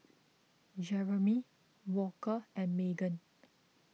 Jeremy Walker and Maegan